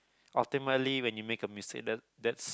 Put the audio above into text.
ultimately when you make a mistake that that's